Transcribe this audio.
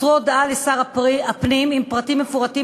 מסרו הודעה לשר הפנים עם פרטים מפורטים